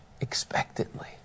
expectantly